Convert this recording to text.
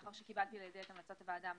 לאחר שקיבלתי לידי את המלצות הוועדה המייעצת,